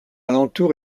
alentour